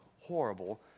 horrible